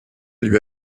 lui